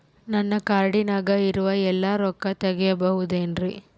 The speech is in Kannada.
ನನ್ನ ಕಾರ್ಡಿನಾಗ ಇರುವ ಎಲ್ಲಾ ರೊಕ್ಕ ತೆಗೆಯಬಹುದು ಏನ್ರಿ?